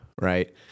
right